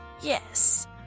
Yes